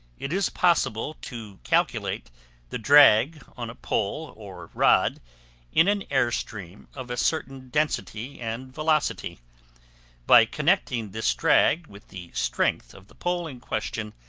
it is possible to calculate the drag on a pole or rod in an airstream of a certain density and velocity by connecting this drag with the strength of the pole in question,